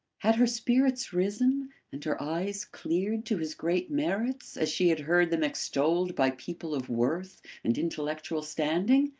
had her spirits risen and her eyes cleared to his great merits as she had heard them extolled by people of worth and intellectual standing?